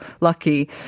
lucky